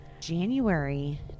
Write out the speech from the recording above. january